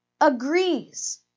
agrees